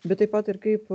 bet taip pat ir kaip